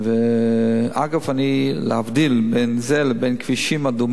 אגב, להבדיל בין זה לבין כבישים אדומים,